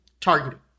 targeting